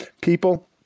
people